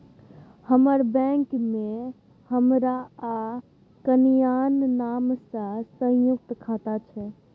हमर बैंक मे हमर आ कनियाक नाम सँ संयुक्त खाता छै